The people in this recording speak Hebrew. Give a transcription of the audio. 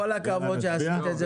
כל הכבוד שעשית את זה.